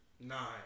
nine